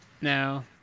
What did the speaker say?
No